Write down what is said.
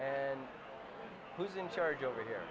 and who's in charge over here